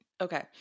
Okay